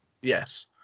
Yes